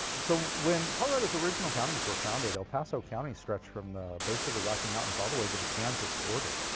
so when colorado's original counties were founded, el paso county stretched from the base of the rocky mountains all the way to the kansas border.